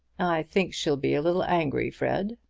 i think she'll be a little angry, fred.